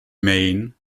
maine